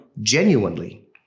genuinely